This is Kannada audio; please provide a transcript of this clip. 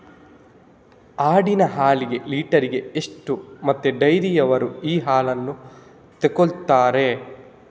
ಆಡಿನ ಹಾಲಿಗೆ ಲೀಟ್ರಿಗೆ ಎಷ್ಟು ಮತ್ತೆ ಡೈರಿಯವ್ರರು ಈ ಹಾಲನ್ನ ತೆಕೊಳ್ತಾರೆ?